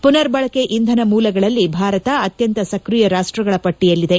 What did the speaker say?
ಪುನರ್ಬಳಕೆ ಇಂಧನ ಮೂಲಗಳಲ್ಲಿ ಭಾರತ ಅತ್ಯಂತ ಸಕ್ರಿಯ ರಾಷ್ಷಗಳ ಪಟ್ಷಿಯಲ್ಲಿದೆ